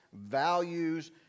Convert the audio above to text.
values